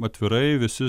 atvirai visi